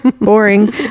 Boring